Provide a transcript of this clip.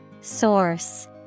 source